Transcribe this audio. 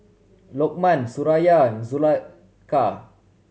Lokman Suraya and Zulaikha